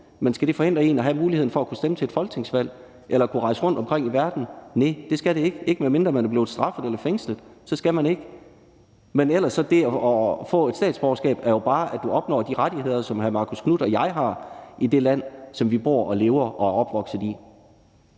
Men skal det forhindre en i at have mulighed for at kunne stemme til et folketingsvalg eller kunne rejse rundt i verden? Nej, det skal det ikke – ikke medmindre man er blevet straffet. Men ellers er det at få et statsborgerskab jo bare, at man opnår de rettigheder, som hr. Marcus Knuth og jeg har i det land, som vi bor, lever og er opvokset i.